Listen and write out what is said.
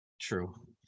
true